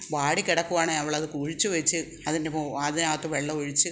വാടി കിടക്കുവാണെങ്കിൽ അവളത് കുഴിച്ചു വച്ച് അതിന് അതിനകത്ത് വെള്ളമൊഴിച്ച്